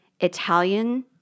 Italian